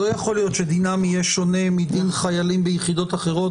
לא יכול להיות שדינם יהיה שונה מדין חיילים ביחידות אחרות